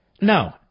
No